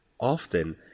Often